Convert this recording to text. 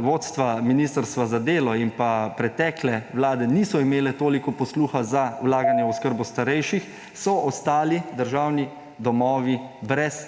vodstva ministrstva za delo in pa pretekle vlade niso imele toliko posluha za vlaganje v oskrbo starejših, so ostali državni domovi brez